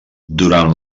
durant